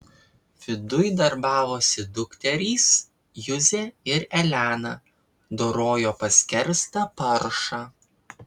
viduj darbavosi dukterys juzė ir elena dorojo paskerstą paršą